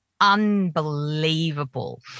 unbelievable